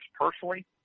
personally